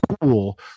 cool